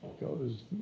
goes